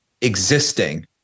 existing